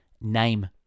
name